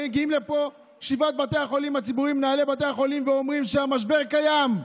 מגיעים לפה שבעת מנהלי בתי החולים הציבוריים ואומרים שהמשבר קיים.